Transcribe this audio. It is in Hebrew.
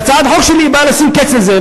והצעת החוק שלי באה לשים קץ לזה,